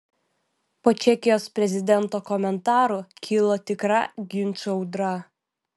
po čekijos prezidento komentarų kilo tikra ginčų audra